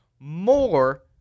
More